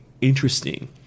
interesting